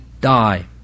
die